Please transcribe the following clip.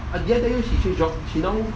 did I tell you he change job he now